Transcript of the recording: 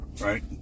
Right